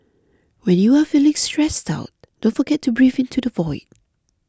when you are feeling stressed out don't forget to breathe into the void